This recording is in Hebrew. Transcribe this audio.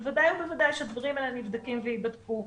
בוודאי ובוודאי שהדברים האלה נבדקים וייבדקו.